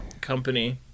company